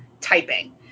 typing